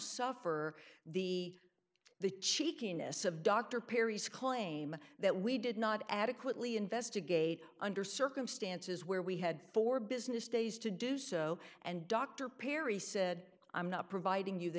suffer the the cheekiness of dr perry's claim that we did not adequately investigate under circumstances where we had four business days to do so and dr perry said i'm not providing you the